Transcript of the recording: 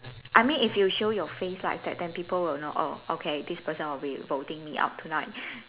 I mean if you show your face lah then then people will know oh okay this person will be voting me out tonight